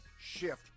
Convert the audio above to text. shift